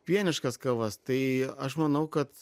pieniškas kavas tai aš manau kad